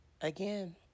again